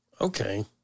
Okay